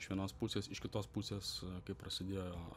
iš vienos pusės iš kitos pusės kai prasidėjo